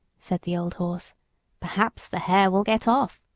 said the old horse perhaps the hare will get off.